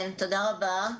כן תודה רבה.